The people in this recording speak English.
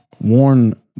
warn